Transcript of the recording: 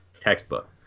textbook